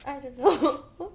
I don't know